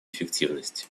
эффективности